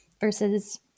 versus